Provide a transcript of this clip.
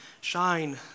shine